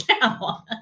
now